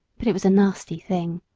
but it was a nasty thing!